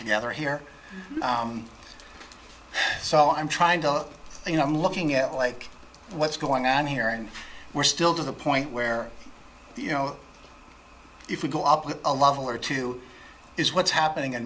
together here so i'm trying to you know i'm looking at like what's going on here and we're still to the point where you know if we go up with a lovell or two is what's happening a